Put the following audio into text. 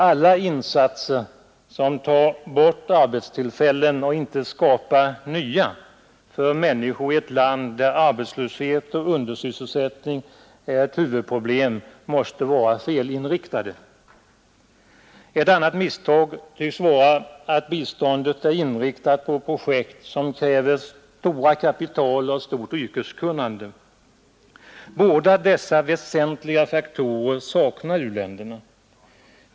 Alla insatser som tar bort arbetstillfällen och inte skapar några nya för människor i ett land där arbetslöshet och undersysselsättning är ett huvudproblem måste vara felinriktade. Ett annat misstag tycks vara att biståndet är inriktat på projekt som kräver stora kapital och stort yrkeskunnande. Båda dessa väsentliga faktorer saknar u-länderna.